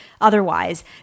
otherwise